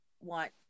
want